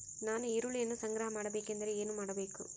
ನಾನು ಈರುಳ್ಳಿಯನ್ನು ಸಂಗ್ರಹ ಮಾಡಬೇಕೆಂದರೆ ಏನು ಮಾಡಬೇಕು?